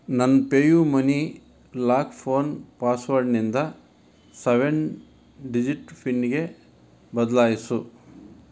ನನ್ನ pay U money lock phone ಪಾಸ್ವರ್ಡ್ನಿಂದ seven digit ಫಿನ್ಗೆ ಬದಲಾಯಿಸು